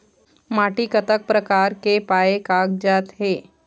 माटी कतक प्रकार के पाये कागजात हे?